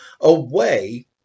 away